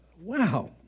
wow